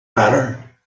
better